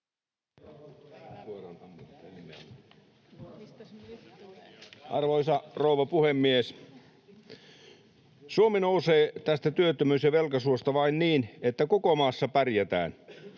Arvoisa rouva puhemies! Suomi nousee tästä työttömyys- ja velkasuosta vain niin, että koko maassa pärjätään.